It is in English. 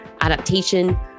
adaptation